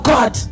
God